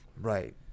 Right